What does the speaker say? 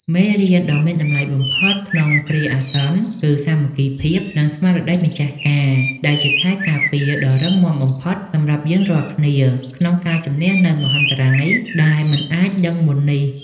មេរៀនដ៏មានតម្លៃបំផុតក្នុងគ្រាអាសន្នគឺ សាមគ្គីភាព និងស្មារតីម្ចាស់ការ ដែលជាខែលការពារដ៏រឹងមាំបំផុតសម្រាប់យើងរាល់គ្នា ក្នុងការជម្នះនូវមហន្តរាយដែលមិនអាចដឹងមុននេះ។